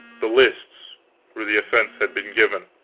the lists where the offense had been given.